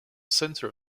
centre